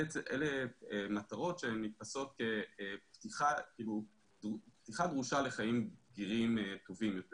אלה מטרות שנתפסות כפתיחה דרושה לחיים בגירים טובים יותר